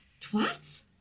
twats